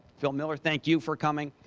phil miller, thank you for coming.